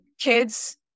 Kids